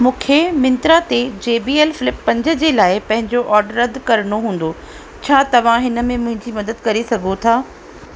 मूंखे मिंत्रा ते JBL flip पंज जे लाइ पंहिंजो ऑडर रद्द करिणो हूंदो छा तव्हां हिन में मुंहिंजी मदद करे सघो था